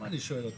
אז אני גם אומר,